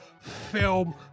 film